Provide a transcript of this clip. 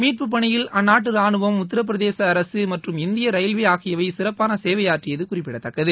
மீட்பு பணியில் அந்நாட்டு ராணுவம் உத்தரப்பிரதேச அரசு மற்றும் இந்திய ரயில்வே ஆகியவை சிறப்பான சேவையாற்றியது குறிப்பிடத்தக்கது